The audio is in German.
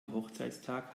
hochzeitstag